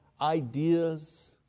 ideas